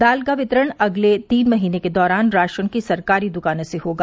दाल का वितरण अगले तीन महीने के दौरान राशन की सरकारी दुकानों से होगा